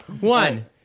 One